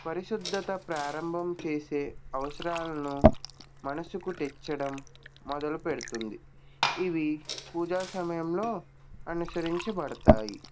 పరిశుద్ధత ప్రారంభం చేసే అవసరాలను మనసుకు తెచ్చడం మొదలుపెడుతుంది ఇవి పూజా సమయంలో అనుసరించబడతాయి